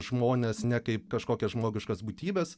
žmones ne kaip kažkokias žmogiškas būtybes